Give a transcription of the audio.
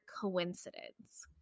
coincidence